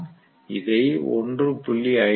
நான் இதை 1